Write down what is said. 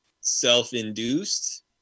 self-induced